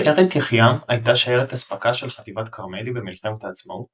שיירת יחיעם הייתה שיירת אספקה של חטיבת כרמלי במלחמת העצמאות